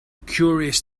curious